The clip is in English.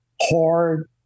hard